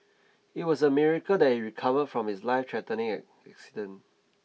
it was a miracle that he recovered from his lifethreatening accident